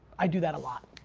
i do that a lot.